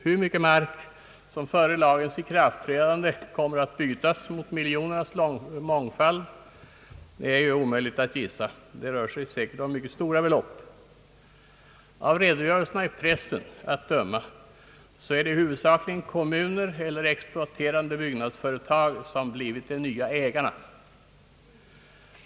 Hur mycket mark som före lagens ikraftträdande kommer att bytas mot miljonernas mångfald är omöjligt att gissa. Det rör sig säkert om mycket stora belopp. Av redogörelserna i pressen att döma är det huvudsakligen kommuner eller exploaterande byggnadsföretag, som blivit de nya ägarna.